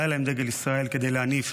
לא היה להם דגל ישראל כדי להניף,